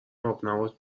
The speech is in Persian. آبنبات